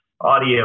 audio